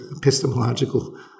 epistemological